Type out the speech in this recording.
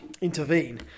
intervene